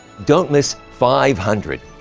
don't miss five hundred.